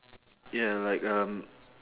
ya like um